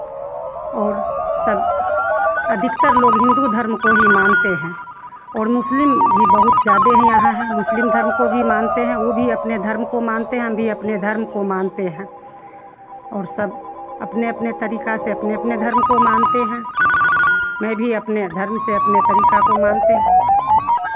और सब अधिकतर लोग हिन्दू धर्म को ही मानते हैं और मुस्लिम भी बहुत ज़्यादे हैं यहाँ हैं मुस्लिम धर्म को भी मानते हैं वो भी अपने धर्म को मानते हैं हम भी अपने धर्म को मानते हैं और सब अपने अपने तरीका से अपने अपने धर्म को मानते हैं मैं भी अपने धर्म से अपने तरीका को मानते हैं